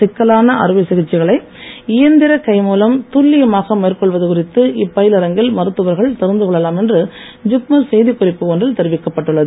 சிக்கலான அறுவை சிகிச்சைகளை இயந்திர கை மூலம் துல்லியமாக மேற்கொள்வது குறித்து இப்பயிலரங்கில் மருத்துவர்கள் தெரிந்து கொள்ளலாம் தன்றில் தெரிவிக்கப்பட்டுள்ளது